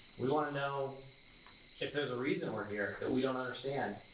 we wanna know if there's a reason we're here that we don't understand.